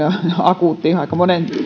akuutti aika monen